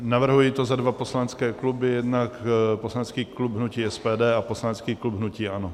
Navrhuji to za dva poslanecké kluby jednak poslanecký klub hnutí SPD a poslanecký klub hnutí ANO.